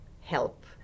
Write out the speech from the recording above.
help